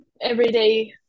everyday